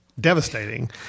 devastating